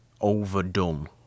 overdone